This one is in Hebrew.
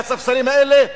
מהספסלים האלה,